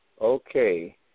Okay